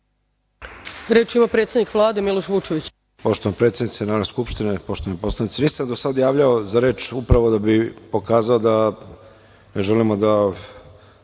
Reč ima predsednik Vlade, Miloš Vučević.